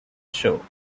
show